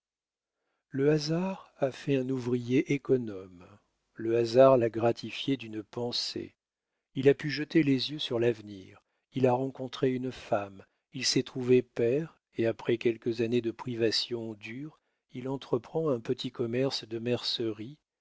le hasard a fait un ouvrier économe le hasard l'a gratifié d'une pensée il a pu jeter les yeux sur l'avenir il a rencontré une femme il s'est trouvé père et après quelques années de privations dures il entreprend un petit commerce de mercerie